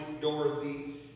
Dorothy